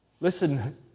Listen